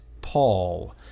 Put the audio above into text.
Paul